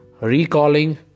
recalling